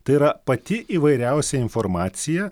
tai yra pati įvairiausia informacija